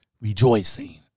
rejoicing